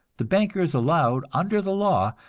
the banker is allowed, under the law,